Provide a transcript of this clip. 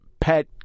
pet